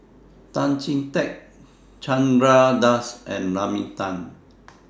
Tan Chee Teck Chandra Das and Naomi Tan